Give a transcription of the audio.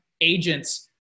agents